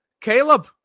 Caleb